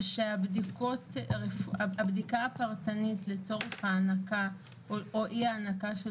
שהבדיקה הפרטנית לצורך הענקה או אי הענקה של